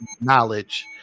knowledge